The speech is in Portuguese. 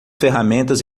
ferramentas